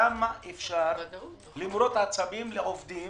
כמה אפשר למרוט עצבים לעובדים